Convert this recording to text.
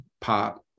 pop